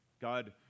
God